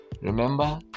remember